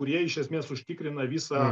kurie iš esmės užtikrina visą